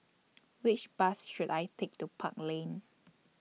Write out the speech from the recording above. Which Bus should I Take to Park Lane